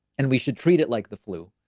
and we should treat it like the flu.